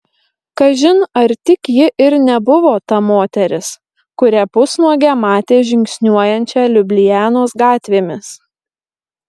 kažin ar tik ji ir nebuvo ta moteris kurią pusnuogę matė žingsniuojančią liublianos gatvėmis